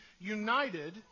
united